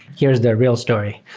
here's the real story.